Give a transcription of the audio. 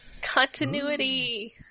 Continuity